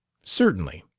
certainly.